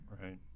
right